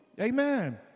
Amen